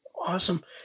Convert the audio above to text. Awesome